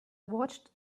watched